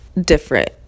different